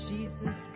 Jesus